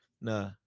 Nah